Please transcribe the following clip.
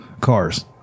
cars